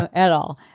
ah at all.